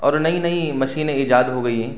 اور نئی نئی مشینیں ایجاد ہو گئی ہیں